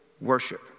worship